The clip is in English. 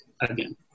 again